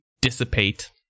dissipate